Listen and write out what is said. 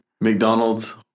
mcdonald's